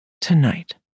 Tonight